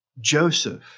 Joseph